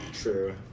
True